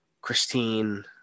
Christine